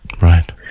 Right